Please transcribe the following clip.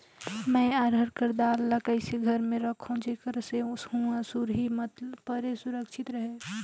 मैं अरहर कर दाल ला कइसे घर मे रखों जेकर से हुंआ सुरही मत परे सुरक्षित रहे?